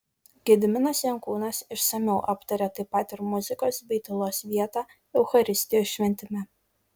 gediminas jankūnas išsamiau aptaria taip pat ir muzikos bei tylos vietą eucharistijos šventime